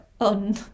on